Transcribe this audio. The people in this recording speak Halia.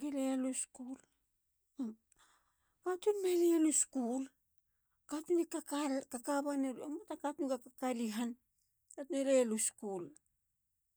ge lelulu school. mm. katun belelulu school. katun e kakalala. kakabanelu. e moata katun ga kakali han. katun e lelulu school.